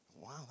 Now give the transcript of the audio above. Wow